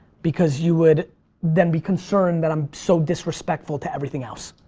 because you would then be concerned that i'm so disrespectful to everything else.